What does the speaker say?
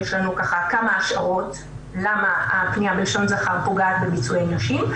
יש לנו כמה השערות למה הפנייה בלשון זכר פוגעת בביצועי נשים,